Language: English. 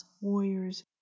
warriors